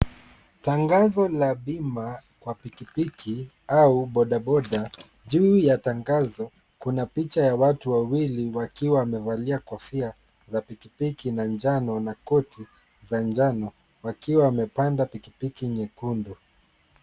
Tangazo la bima kwa pikipiki au bodaboda. Juu ya tangazo kuna picha ya watu wawili wakiwa wamevalia kofia za pikipiki na njano na koti za njano, wakiwa wamepanda pikipiki nyekundu.